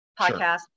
podcast